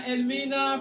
Elmina